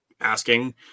asking